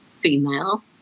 female